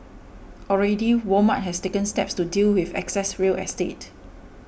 already Walmart has taken steps to deal with excess real estate